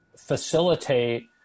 facilitate